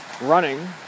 running